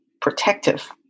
protective